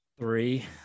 Three